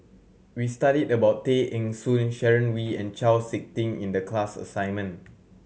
we studied about Tay Eng Soon Sharon Wee and Chau Sik Ting in the class assignment